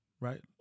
right